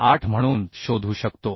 3968 म्हणून शोधू शकतो